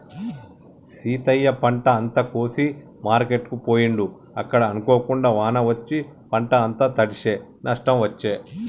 సీతయ్య పంట అంత కోసి మార్కెట్ కు పోయిండు అక్కడ అనుకోకుండా వాన వచ్చి పంట అంత తడిశె నష్టం వచ్చే